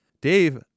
Dave